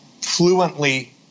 fluently